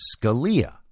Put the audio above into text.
Scalia